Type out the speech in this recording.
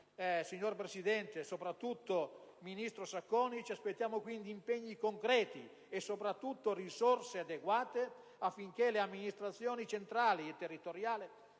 signor Presidente, signor ministro Sacconi, impegni concreti e soprattutto risorse adeguate affinché le amministrazioni centrali e territoriali